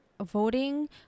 voting